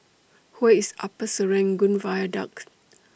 Where IS Upper Serangoon Viaduct